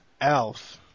ALF